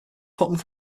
putnam